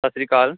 ਸਤਿ ਸ਼੍ਰੀ ਅਕਾਲ